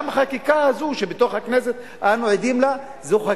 גם החקיקה הזו שאנו עדים לה בתוך הכנסת,